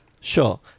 Sure